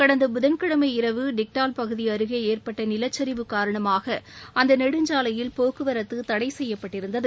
கடந்த புதன்கிழனம இரவு டிக்டால் பகுதி அருகே ஏற்பட்ட நிலச்சரிவு காரணமாக அந்த நெடுஞ்சாலையில் போக்குவரத்து தடை செய்யப்பட்டிருந்தது